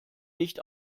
nicht